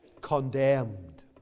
condemned